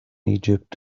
egypt